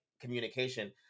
communication